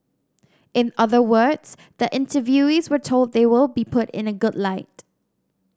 in other words the interviewees were told they will be put in a good light